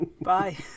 Bye